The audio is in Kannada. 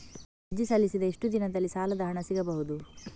ಅರ್ಜಿ ಸಲ್ಲಿಸಿದ ಎಷ್ಟು ದಿನದಲ್ಲಿ ಸಾಲದ ಹಣ ಸಿಗಬಹುದು?